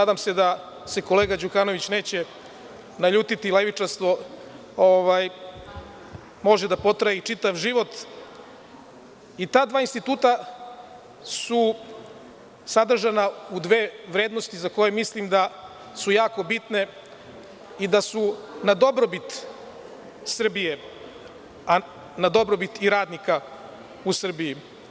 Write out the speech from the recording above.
Nadam se da se kolega Đukanović neće naljutiti, levičarstvo može da potraje i čitav život i ta dva instituta su sadržana u dve vrednosti za koje mislim da su jako bitne i da su na dobrobit Srbije, a na dobrobit i radnika u Srbiji.